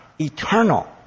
eternal